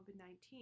COVID-19